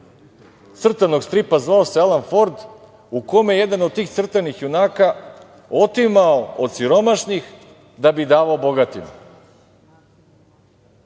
crtanog stripa, zvao se „Alan Ford“, u kome je jedan od tih crtanih junaka otima od siromašnih da bi davao bogatima.